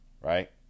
right